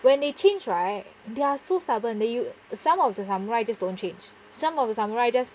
when they change right they are so stubborn that you some of the some of the samurai just don't change some of the samurai just